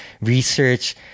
Research